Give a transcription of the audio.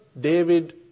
David